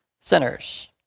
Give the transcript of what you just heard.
sinners